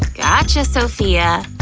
gotcha, sophia.